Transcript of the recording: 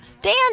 Dan